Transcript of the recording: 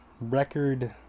record